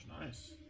Nice